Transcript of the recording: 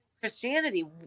Christianity